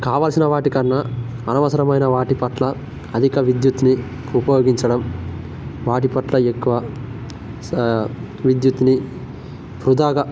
కావలసిన వాటికన్నా అనవసరమైన వాటి పట్ల అధిక విద్యుత్ని ఉపయోగించడం వాటి పట్ల ఎక్కువ సా విద్యుత్ని వృధాగ